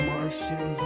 Martian